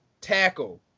tackle